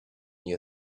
you